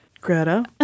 Greta